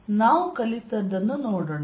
ನಾವು ಕಲಿತದ್ದನ್ನು ನೋಡೋಣ